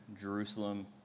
Jerusalem